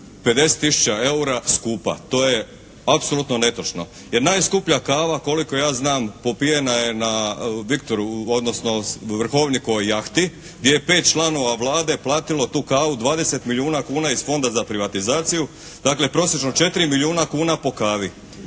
50 tisuća eura skupa. To je apsolutno netočno. Jer najskuplja kava koliko ja znam popijena je na Vrhovnikovoj jahti gdje je pet članova Vlade platilo tu kavu 20 milijuna kuna iz Fonda za privatizaciju. Dakle prosječno 4 milijuna kuna po kavi